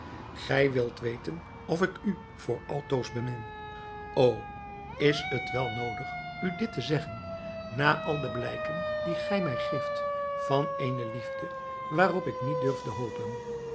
gij wilt weten of ik u voor altoos bemin o is het wel noodig u dit te zeggen na al de blijken die gij mij geeft van eene liefde waarop ik niet durfde hopen